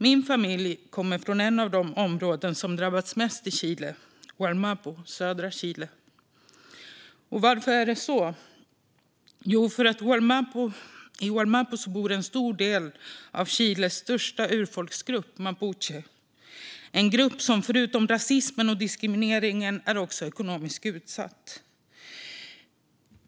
Min familj kommer från ett av de områden i Chile som drabbats mest, Wallmapu i södra Chile. Varför är det så? Jo, därför att i Wallmapu bor en stor del av Chiles största urfolksgrupp, mapuche, en grupp som förutom att vara utsatt för rasism och diskriminering är ekonomiskt utsatt.